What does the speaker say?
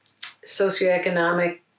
socioeconomic